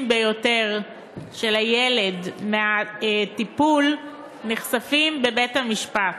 ביותר של הילד המקבל הטיפול נחשפים בבית-המשפט.